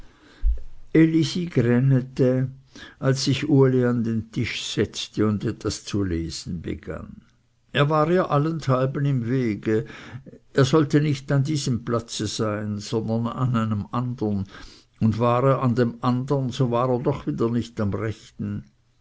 als sich uli an den tisch setzte und etwas zu lesen begann er war ihr allenthalben im wege er sollte nicht an diesem platze sein sondern an einem andern und war er an dem andern so war er doch wieder nicht am rechten